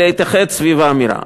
להתאחד סביב האמירה.